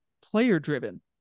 player-driven